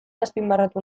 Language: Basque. azpimarratu